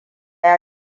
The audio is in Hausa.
ya